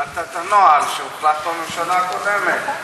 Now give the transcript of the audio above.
ביטלת את הנוהל שהוחלט בממשלה הקודמת.